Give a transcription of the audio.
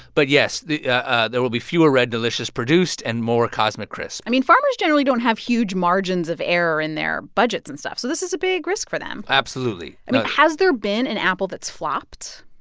but, yes, ah there will be fewer red delicious produced and more cosmic crisp i mean, farmers generally don't have huge margins of error in their budgets and stuff, so this is a big risk for them absolutely i mean, has there been an apple that's flopped?